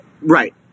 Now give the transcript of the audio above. right